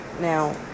Now